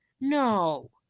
no